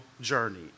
journey